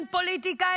אין פוליטיקה,